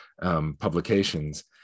publications